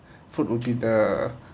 food would be the